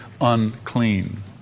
unclean